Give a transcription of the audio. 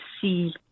see